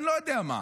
אני לא יודע מה.